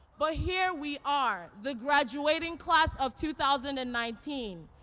but here we are, the graduating class of two thousand and nineteen,